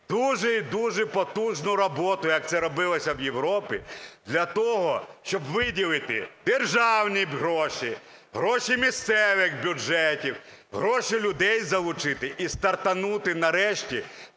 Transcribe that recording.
дуже і дуже потужну роботу, як це робилося в Європі, для того щоб виділити державні гроші, гроші місцевих бюджетів, гроші людей залучити - і стартанути нарешті